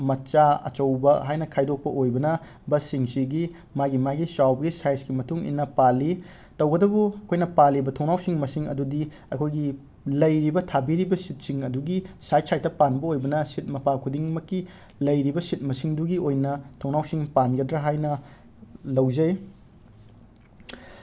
ꯃꯆꯥ ꯑꯆꯧꯕ ꯍꯥꯏꯅ ꯈꯥꯏꯗꯣꯛꯄ ꯑꯣꯏꯕꯅ ꯕꯁꯁꯤꯡꯁꯤꯒꯤ ꯃꯥꯒꯤ ꯃꯥꯒꯤ ꯆꯥꯎꯕꯒꯤ ꯁꯥꯏꯖꯀꯤ ꯃꯇꯨꯡ ꯏꯟꯅ ꯄꯥꯜꯂꯤ ꯇꯧꯕꯇꯕꯨ ꯑꯩꯈꯣꯏꯅ ꯄꯥꯜꯂꯤꯕ ꯊꯣꯡꯅꯥꯎꯁꯤꯡ ꯃꯁꯤꯡ ꯑꯗꯨꯗꯤ ꯑꯩꯈꯣꯏꯅ ꯂꯩꯔꯤꯕ ꯊꯥꯕꯤꯔꯤꯕ ꯁꯤꯠꯁꯤꯡ ꯑꯗꯨꯒꯤ ꯁꯥꯏꯠ ꯁꯥꯏꯠꯇ ꯄꯥꯟꯕ ꯑꯣꯏꯕꯅ ꯁꯤꯠ ꯃꯄꯥ ꯈꯨꯗꯤꯡꯃꯛꯀꯤ ꯂꯩꯔꯤꯕ ꯁꯤꯠ ꯃꯁꯤꯡꯗꯨꯒꯤ ꯑꯣꯏꯅ ꯊꯣꯡꯅꯥꯎꯁꯤꯡ ꯄꯥꯟꯒꯗ꯭ꯔ ꯍꯥꯏꯅ ꯂꯧꯖꯩ